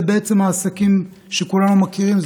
זה בעצם העסקים שכולנו מכירים,